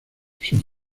sus